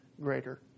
greater